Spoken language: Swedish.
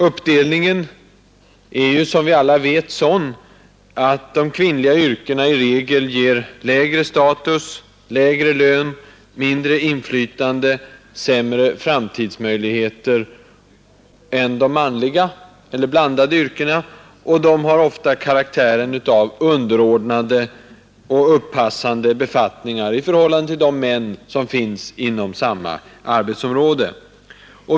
Uppdelningen är ju som vi alla vet sådan, att de kvinnliga yrkena i regel ger lägre status, lägre lön, mindre inflytande, sämre framtidsmöjligheter än de manliga eller blandade yrkena, och ofta har karaktären av underordnade och upppassande befattningar i förhållande till de män, som finns inom samma arbetsområde.